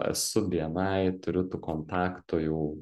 esu bni turiu tų kontaktų jau